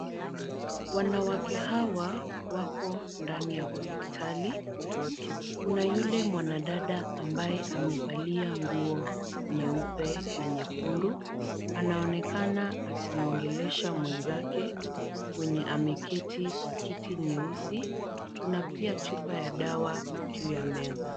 Wanawake hawa wako ndani ya hospitali, kuna yule mwanadada ambaye amevalia nguo nyeupe na nyekundu anaonekana akimuongelesha mwenzake mwenye ameketi kwa kiti nyeusi, kuna pia chupa ya dawa juu ya meza.